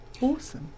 awesome